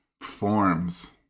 forms